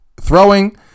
Throwing